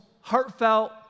heartfelt